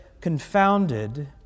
confounded